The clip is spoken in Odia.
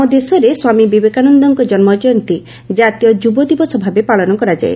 ଆମ ଦେଶରେ ସ୍ୱାମୀ ବିବେକାନନ୍ଦଙ୍କ ଜନ୍ମଜୟନ୍ତୀ ଜାତୀୟ ଯୁବ ଦିବସ ଭାବେ ପାଳନ କରାଯାଏ